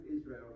Israel